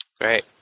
Great